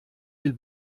viel